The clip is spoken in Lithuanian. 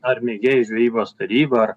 ar mėgėjų žvejybos taryba ar